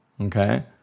Okay